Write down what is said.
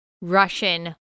russian